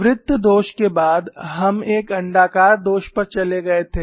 वृत्त दोष के बाद हम एक अण्डाकार दोष पर चले गए थे